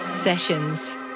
sessions